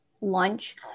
lunch